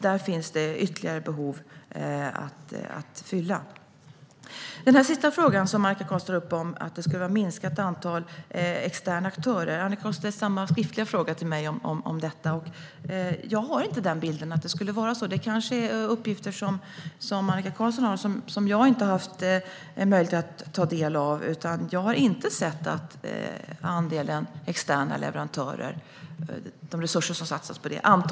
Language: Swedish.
Där finns det ytterligare behov att fylla. När det gäller den sista frågan som Annika Qarlsson tar upp om att det skulle vara ett minskat antal externa aktörer så ställde hon samma skriftliga fråga till mig om detta. Jag har inte bilden att det skulle vara så. Det kanske är uppgifter som Annika Qarlsson har som jag inte haft möjlighet att ta del av. Jag har inte sett det när det gäller de resurser som satsas på externa leverantörer.